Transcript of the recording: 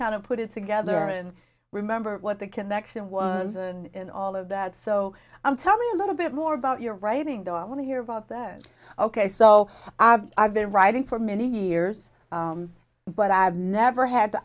kind of put it together and remember what the connection was and all of that so i'm tell me a little bit more about your writing though i want to hear about that ok so i've i've been writing for many years but i've never had the